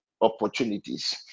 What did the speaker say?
opportunities